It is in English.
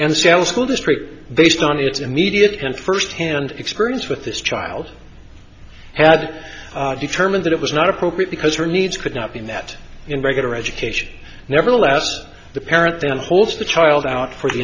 and sell school districts based on its immediate and first hand experience with this child had determined that it was not appropriate because her needs could not be met in regular education nevertheless the parent then holds the child out for the